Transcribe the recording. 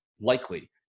likely